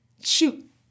Shoot